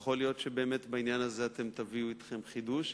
יכול להיות שבעניין הזה אתם תביאו אתכם חידוש,